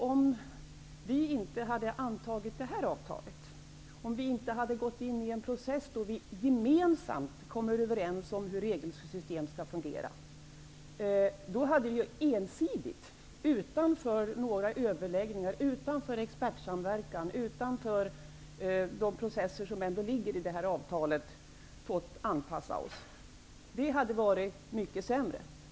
Om vi inte hade antagit det här avtalet, om vi inte hade gått in i en process där vi gemensamt kommer överens om hur EG:s regelsystem skall fungera, då hade vi ensidigt fått anpassa oss, utanför överläggningar, expertsamverkan och de processer som ändå ligger i avtalet. Det hade varit mycket sämre.